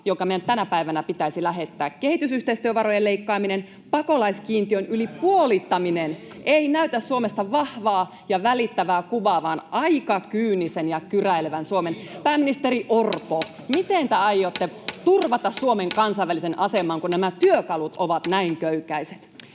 joka meidän tänä päivänä pitäisi lähettää. Kehitysyhteistyövarojen leikkaaminen ja pakolaiskiintiön yli puolittaminen eivät näytä Suomesta vahvaa ja välittävää kuvaa vaan aika kyynisen ja kyräilevän Suomen. Pääministeri Orpo, miten te aiotte turvata Suomen kansainvälisen aseman, kun nämä työkalut ovat näin köykäiset?